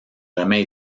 jamais